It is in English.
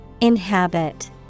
Inhabit